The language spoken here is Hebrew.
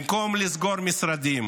במקום לסגור משרדים,